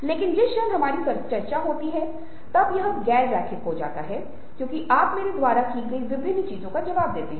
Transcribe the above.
लेकिन जिस क्षण हमारी चर्चा होती है तब यह गैर रैखिक हो जाता है क्योंकि आप मेरे द्वारा की गई विभिन्न चीजों का जवाब दे रहे हैं